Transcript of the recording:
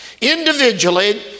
Individually